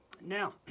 Now